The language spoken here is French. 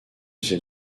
ses